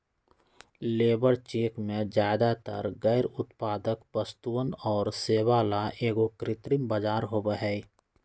labour check में ज्यादातर गैर उत्पादक वस्तुअन और सेवा ला एगो कृत्रिम बाजार होबा हई